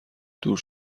دور